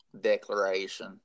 declaration